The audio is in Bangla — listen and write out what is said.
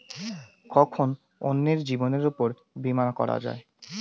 কখন অন্যের জীবনের উপর বীমা করা যায়?